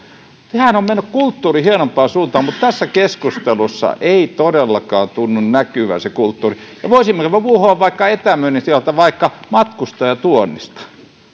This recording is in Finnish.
kulttuuri on mennyt hienompaan suuntaan mutta tässä keskustelussa ei todellakaan tunnu näkyvän se kulttuuri voisimme jopa puhua vaikka etämyynnistä ja vaikka matkustajatuonnista